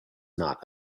not